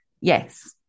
yes